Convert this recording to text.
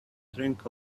drink